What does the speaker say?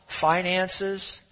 finances